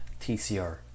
TCR